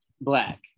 black